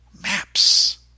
maps